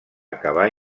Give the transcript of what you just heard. acabar